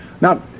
Now